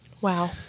Wow